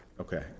Okay